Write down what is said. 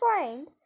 find